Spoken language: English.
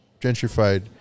gentrified